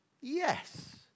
Yes